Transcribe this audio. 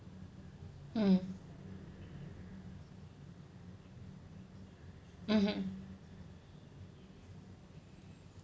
mm mmhmm